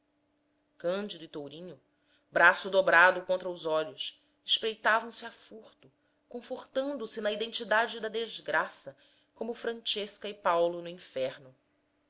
cândido e tourinho braço dobrado contra os olhos espreitavam se a furto confortando se na identidade da desgraça como francesca e paolo no inferno